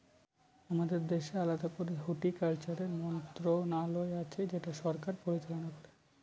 আমাদের দেশে আলাদা করে হর্টিকালচারের মন্ত্রণালয় আছে যেটা সরকার পরিচালনা করে